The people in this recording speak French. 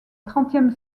trentième